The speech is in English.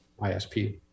ISP